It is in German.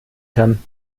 kann